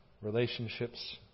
relationships